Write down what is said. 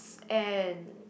and